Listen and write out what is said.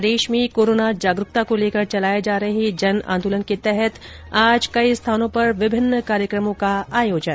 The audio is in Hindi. प्रदेश में कोरोना जागरुकता को लेकर चलाए जा रहे जन आंदोलन के तहत आज कई स्थानों पर विभिन्न कार्यक्रमों का हुआ आयोजन